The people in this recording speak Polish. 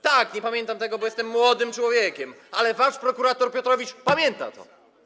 Tak, nie pamiętam tego, bo jestem młodym człowiekiem, ale wasz prokurator Piotrowicz pamięta to.